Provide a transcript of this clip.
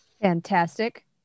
Fantastic